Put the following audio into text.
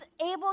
able